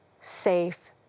safe